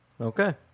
Okay